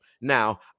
Now